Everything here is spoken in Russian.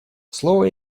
слово